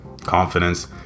confidence